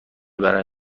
برای